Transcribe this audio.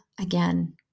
again